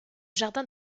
jardin